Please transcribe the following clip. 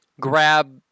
grab